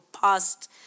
past